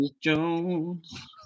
Jones